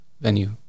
venue